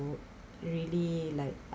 to really like